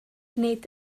nid